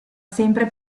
sempre